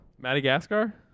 Madagascar